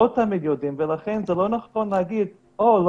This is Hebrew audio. לא תמיד יודעים ולכן זה לא נכון להגיד: לא